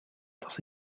dass